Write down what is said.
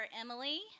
Emily